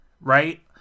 right